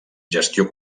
gestió